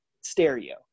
stereo